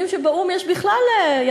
יש שר תורן, אבל יש, הוא